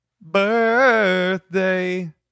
birthday